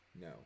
No